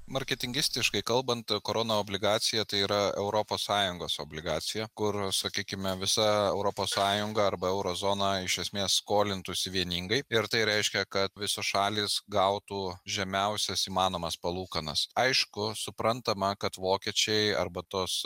marketingistiškai kalbant korona obligacija tai yra europos sąjungos obligacija kur sakykime visa europos sąjunga arba euro zona iš esmės skolintųsi vieningai ir tai reiškia kad visos šalys gautų žemiausias įmanomas palūkanas aišku suprantama kad vokiečiai arba tos